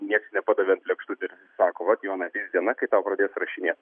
nieks nepadavė ant lėkštutės ir sako vat jonai aties diena kai tau pradės rašinėt